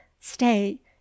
stay